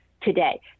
today